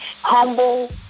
Humble